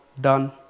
done